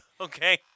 Okay